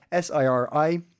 SIRI